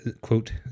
quote